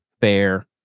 Fair